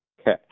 Okay